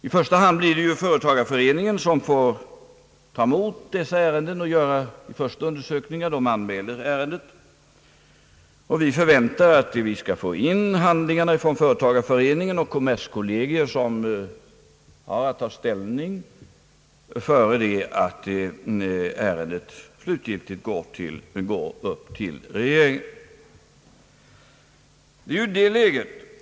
I första hand blir det ju företagareföreningen som får ta emot sådana ärenden och göra de första undersökningarna. Man anmäler ärendet, och regeringen förväntar att få in handlingarna från företagareföreningen och kommerskollegium, som har att ta ställning innan ärendet slutgiltigt går till regeringen.